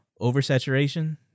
Oversaturation